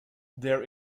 their